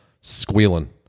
squealing